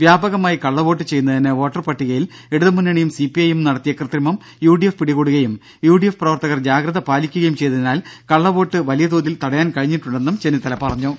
വ്യാപകമായി കള്ളവോട്ടു ചെയ്യുന്നതിന് വോട്ടർ പട്ടികയിൽ ഇടതുമുന്നണിയും സിപിഐഎം ഉം നടത്തിയ കൃത്രിമം യുഡിഎഫ് പിടികൂടുകയും യുഡിഎഫ് പ്രവർത്തകർ ജാഗ്രത പാലിക്കുകയും ചെയ്തതിനാൽ കള്ളവോട്ട് വലിയതോതിൽ തടയാൻ കഴിഞ്ഞിട്ടുണ്ടെന്നും ചെന്നിത്തല പറഞ്ഞു